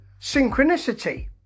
synchronicity